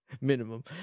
Minimum